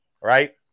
right